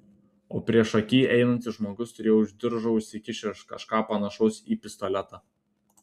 o priešaky einantis žmogus turėjo už diržo užsikišęs kažką panašaus į pistoletą